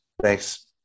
Thanks